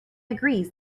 agrees